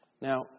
Now